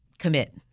Commit